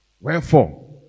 Wherefore